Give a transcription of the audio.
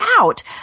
out